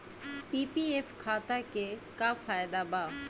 PPF खाता के का फायदा बा?